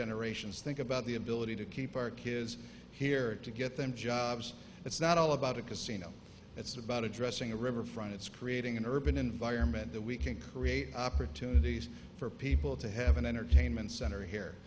generations think about the ability to keep our kids here to get them jobs it's not all about a casino it's about addressing a riverfront it's creating an urban environment that we can create opportunities for people to have an entertainment center here